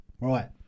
Right